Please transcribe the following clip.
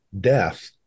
death